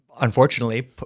unfortunately